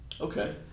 Okay